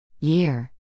Year